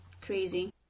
crazy